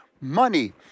money